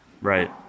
Right